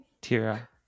Tira